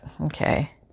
Okay